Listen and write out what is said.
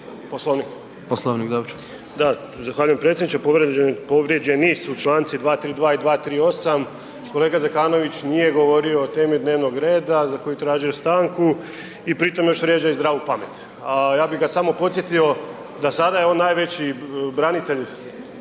Poslovnik, dobro. **Čuraj, Stjepan (HNS)** Da, zahvaljujem predsjedniče, povrijeđeni su čl. 232. i 238. Kolega Zekanović nije govorio o temi dnevnog reda za koji je tražio stanku i pritom još vrijeđa i zdravu pamet, a ja bih ga samo podsjetio, do sada je on najveći branitelj